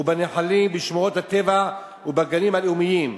ונחלים בשמורות הטבע ובגנים הלאומיים.